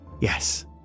Yes